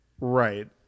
Right